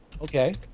Okay